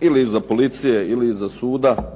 ili iza policije ili iza suda,